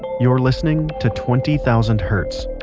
you're listening to twenty thousand hertz.